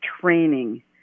training